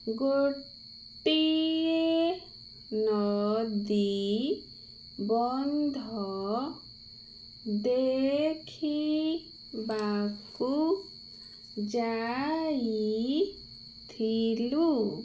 ଗୋଟିଏ ନଦୀ ବନ୍ଧ ଦେଖିବାକୁ ଯାଇଥିଲୁ